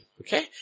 okay